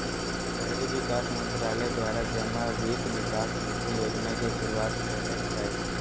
शहरी विकास मंत्रालय द्वारा जमा वित्त विकास निधि योजना के शुरुआत कल्कैय हइ